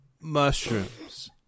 mushrooms